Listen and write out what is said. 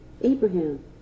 Abraham